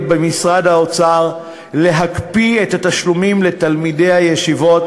במשרד האוצר להקפיא את התשלומים לתלמידי הישיבות,